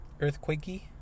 Earthquakey